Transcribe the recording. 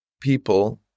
people